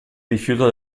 rifiuto